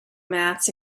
maths